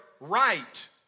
right